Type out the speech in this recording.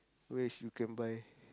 which you can buy